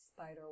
Spider